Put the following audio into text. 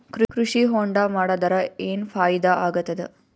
ಕೃಷಿ ಹೊಂಡಾ ಮಾಡದರ ಏನ್ ಫಾಯಿದಾ ಆಗತದ?